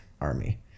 army